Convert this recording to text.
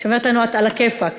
שאומרת לנו: את עלא כיפאק.